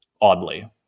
oddly